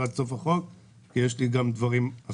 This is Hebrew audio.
עד סוף החוק כי יש לי גם דברים אחרים.